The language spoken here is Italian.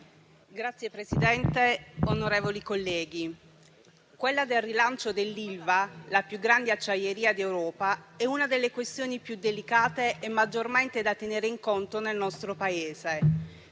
Signor Presidente, onorevoli colleghi, quella del rilancio dell'Ilva, la più grande acciaieria d'Europa, è una delle questioni più delicate e da tenere maggiormente in conto nel nostro Paese,